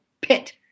pit